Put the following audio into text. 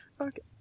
Okay